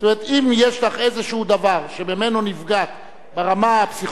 אם יש לך איזה דבר שממנו נפגעת ברמה הפסיכולוגית,